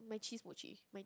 my cheese mochi my